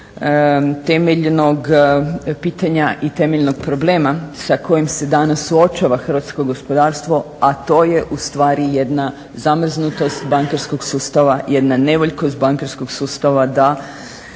temeljnog pitanja i temeljnog problema sa kojim se danas suočava hrvatsko gospodarstvo, a to je u stvari jedna zamrznutost bankarskog sustava, jedna nevoljkost bankarskog sustava da